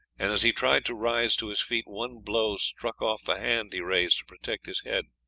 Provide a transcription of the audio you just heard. and as he tried to rise to his feet one blow struck off the hand he raised to protect his head,